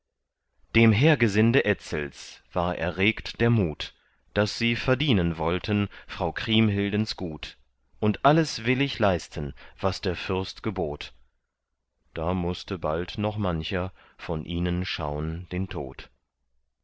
dem heergesinde etzels war erregt der mut daß sie verdienen wollten frau kriemhildens gut und alles willig leisten was der fürst gebot da mußte bald noch mancher von ihnen schauen den tod